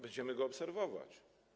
Będziemy to obserwować.